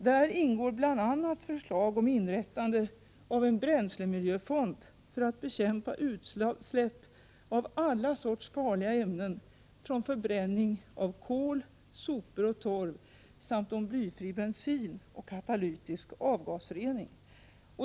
Däri ingår bl.a. förslag om inrättande av en bränslemiljöfond för att bekämpa utsläpp av alla sorters farliga ämnen från förbränning av kol, sopor och torv samt om blyfri bensin och katalytisk avgasrening.